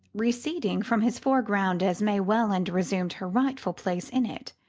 receding from his foreground as may welland resumed her rightful place in it.